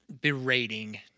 berating